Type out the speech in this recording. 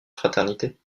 fraternité